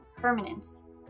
permanence